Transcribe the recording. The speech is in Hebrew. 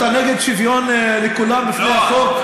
אתה נגד שוויון לכולם בפני החוק?